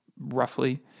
roughly